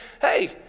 hey